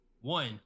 one